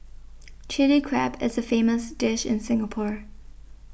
Chilli Crab is a famous dish in Singapore